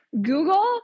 Google